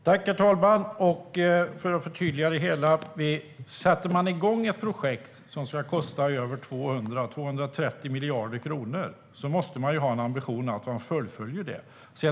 Herr talman! För att förtydliga det hela: Sätter man igång ett projekt som ska kosta över 230 miljarder kronor måste man ha en ambition att fullfölja det.